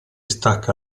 stacca